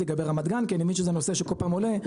לגבי רמת גן כי אני מבין שזה נושא שכל פעם עולה,